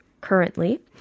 Currently